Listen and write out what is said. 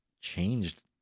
changed